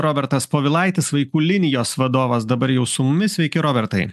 robertas povilaitis vaikų linijos vadovas dabar jau su mumis sveiki robertai